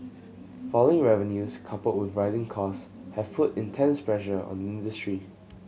falling revenues coupled with rising costs have put intense pressure on the industry